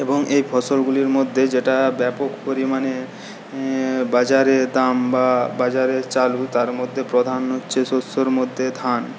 এবং এই ফসলগুলির মধ্যে যেটা ব্যাপক পরিমাণে বাজারে দাম বা বাজারে চালু তার মধ্যে প্রধান হচ্ছে শস্যর মধ্যে ধান